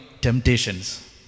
temptations